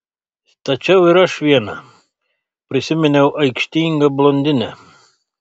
stačiau ir aš vieną prisiminiau aikštingą blondinę